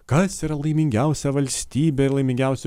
kas yra laimingiausia valstybė ir laimingiausi